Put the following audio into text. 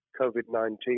COVID-19